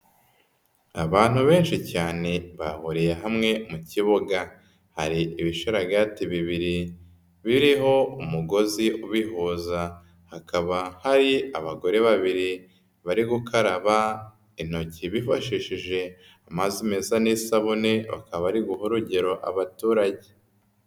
Abantu benshi cyane bahuriye hamwe mu kibuga, hari ibisharagati bibiri biriho umugozi ubihuza hakaba hari abagore babiri bari gukaraba intoki bifashishije amazi meza n'isabune bakaba bari guha urugero abaturage.